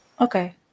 Okay